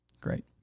Great